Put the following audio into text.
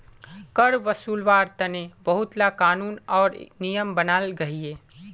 कर वासूल्वार तने बहुत ला क़ानून आर नियम बनाल गहिये